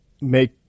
make